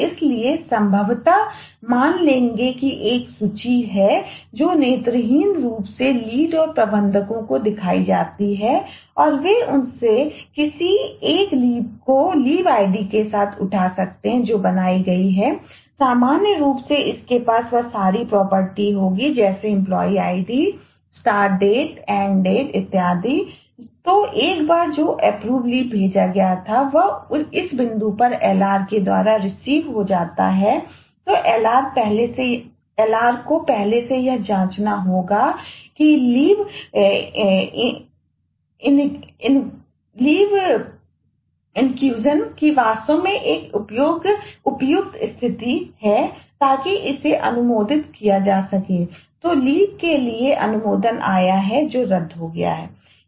इसलिए संभवतः मान लेंगे कि एक सूची है जो नेत्रहीन रूप से लीड के लिए अनुमोदन आया है रद्द हो गया है